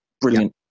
Brilliant